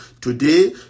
Today